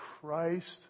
Christ